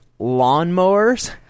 lawnmowers